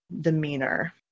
demeanor